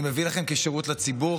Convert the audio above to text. אני מביא לכם כשירות לציבור,